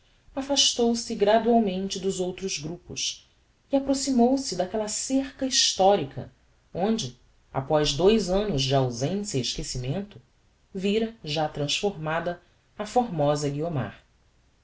convivas affastou se gradualmente dos outros grupos e approximou-se daquella cerca historica onde após dous annos de ausencia e esquecimento vira ja transformada a formosa guiomar